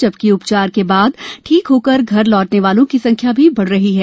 जबकि उपचार के बाद ठीक होकर घर लौटने वालों की संख्या भी बढ़ रही है